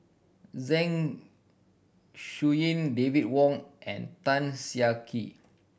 Zeng Shouyin David Wong and Tan Siah Kwee